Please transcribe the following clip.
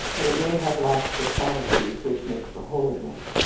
but it may have lacked the qualities which make for holiness.